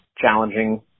challenging